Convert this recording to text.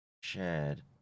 shared